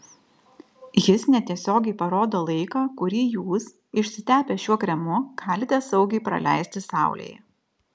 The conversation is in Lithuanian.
jis netiesiogiai parodo laiką kurį jūs išsitepę šiuo kremu galite saugiai praleisti saulėje